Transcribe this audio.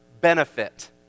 benefit